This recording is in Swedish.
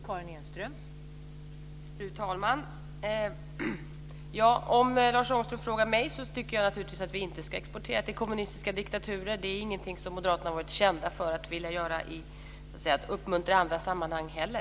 Fru talman! Om Lars Ångström frågar mig så tycker jag naturligtvis att vi inte ska exportera till kommunistiska diktaturer. Det är ingenting som moderaterna har varit kända för att vilja göra eller uppmuntra i andra sammanhang heller.